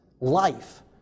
life